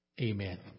Amen